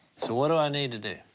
so what do i need to do?